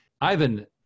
Ivan